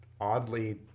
oddly